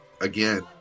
again